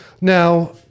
Now